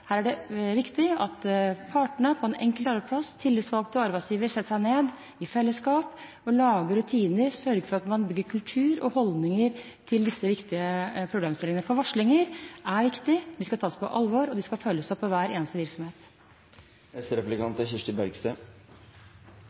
Her er det viktig at partene på den enkelte arbeidsplass – tillitsvalgte og arbeidsgivere – setter seg ned i fellesskap og lager rutiner og slik sørger for at man bygger kultur og holdninger til disse viktige problemstillingene. Varslinger er viktig. De skal tas på alvor og følges opp i hver eneste